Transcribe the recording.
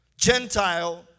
Gentile